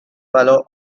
fellow